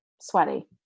Sweaty